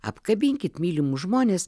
apkabinkit mylimus žmones